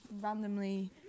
randomly